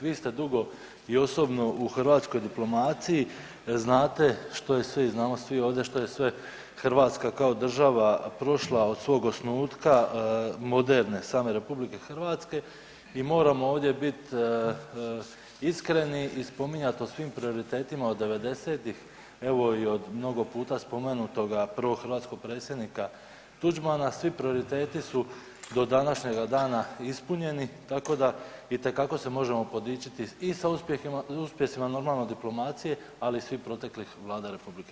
Vi ste dugo i osobno u hrvatskoj diplomaciji, znate što je sve i znamo svi ovdje što je sve Hrvatska kao država prošla od svog osnutka, moderne, same RH i moramo ovdje biti iskreni i spominjati o svim prioritetima od 90-ih, evo i od mnogo puta spomenutoga prvoga hrvatskoga predsjednika Tuđmana, svi prioriteti su do današnjega dana ispunjeni, tako da itekako se možemo podičiti i sa uspjesima, normalno, diplomacije, ali i svih proteklih vlada RH.